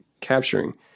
capturing